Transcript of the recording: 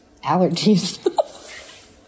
allergies